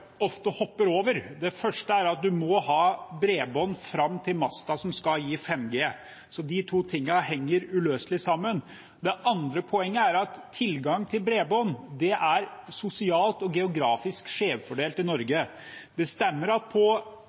ofte hopper over. Det første er at man må ha bredbånd fram til masten som skal gi 5G – de to tingene henger uløselig sammen. Det andre poenget er at tilgang til bredbånd er sosialt og geografisk skjevfordelt i Norge. Det stemmer at